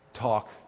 talk